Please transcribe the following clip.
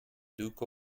duke